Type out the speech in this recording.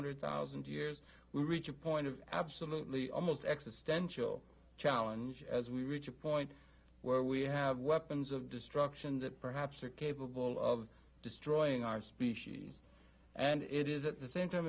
hundred thousand years we reach a point of absolutely almost existential challenge as we reach a point where we have weapons of destruction that perhaps are capable of destroying our species and it is at the same time